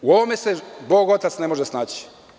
U ovome se bog otac ne može snaći.